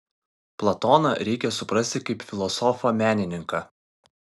platoną reikia suprasti kaip filosofą menininką